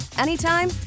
anytime